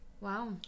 Wow